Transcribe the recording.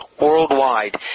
worldwide